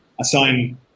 assign